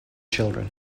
children